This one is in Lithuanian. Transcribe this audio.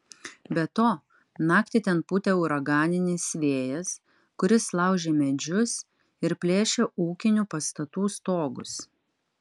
be to naktį ten pūtė uraganinis vėjas kuris laužė medžius ir plėšė ūkinių pastatų stogus